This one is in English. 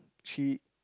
she